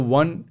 one